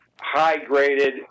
high-graded